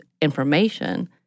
information